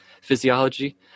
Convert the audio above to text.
physiology